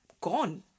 gone